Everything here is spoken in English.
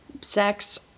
sex